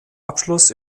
abschluss